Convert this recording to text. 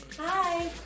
Hi